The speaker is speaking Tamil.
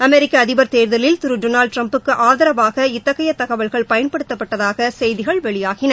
அமெரிக்க அதிபர் தேர்தலில் திரு டொனால்ட் டிரம்புக்கு ஆதரவாக இத்தகைய தகவல்கள் பயன்படுத்தப்பட்டதாக செய்திகள் வெளியாகின